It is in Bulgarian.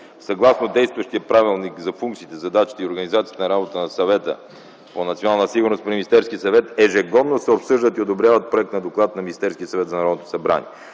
Съгласно действащия Правилник за функциите, задачите и организацията на работа на Съвета по национална сигурност в Министерския съвет ежегодно се обсъждат и одобряват проект на доклад на Министерския съвет за Народното събрание.